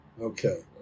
Okay